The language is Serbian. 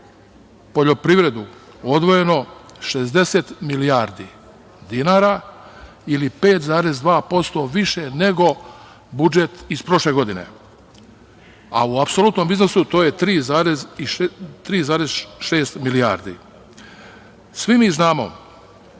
poljoprivredu odvojeno 60 milijardi dinara ili 5,2% više nego budžet iz prošle godine, a u apsolutnom iznosu to je 3,6 milijardi. Svi mi znamo